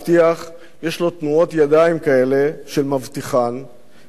יש לו תנועות ידיים כאלה של מבטיחן וקריצה כזאת